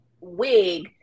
wig